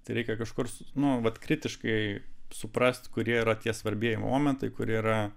tereikia kažkur nu vat kritiškai suprast kurie yra tie svarbieji momentai kur yra